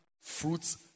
fruits